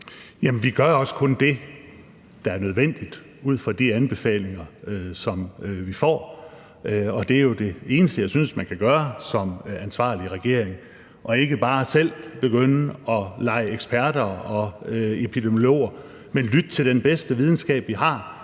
Jamen vi gør jo også kun det, der er nødvendigt ud fra de anbefalinger, som vi får. Og det er jo det eneste, jeg synes man kan gøre som ansvarlig regering: at vi ikke bare selv begynder at lege eksperter og epidemiologer, men at vi lytter til den bedste videnskab, vi har,